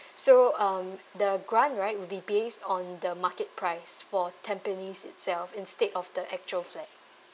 so um the grant right would be based on the market price for tampines itself instead of the actual flat